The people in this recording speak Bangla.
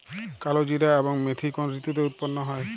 কালোজিরা এবং মেথি কোন ঋতুতে উৎপন্ন হয়?